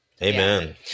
Amen